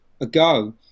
ago